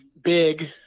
big